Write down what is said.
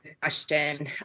question